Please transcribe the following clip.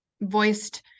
voiced